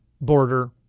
border